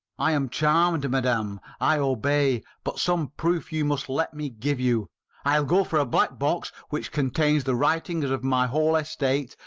i am charmed, madam i obey. but some proof you must let me give you i'll go for a black box, which contains the writings of my whole estate,